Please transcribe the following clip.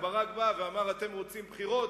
אז ברק בא ואמר: אתם רוצים בחירות?